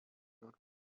not